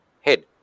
head